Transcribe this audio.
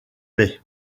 paix